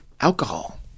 alcohol